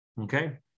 Okay